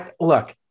Look